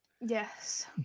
Yes